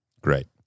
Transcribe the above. great